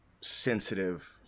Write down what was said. sensitive